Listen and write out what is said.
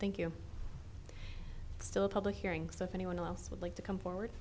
thank you still a public hearing that anyone else would like to come forward